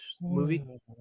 movie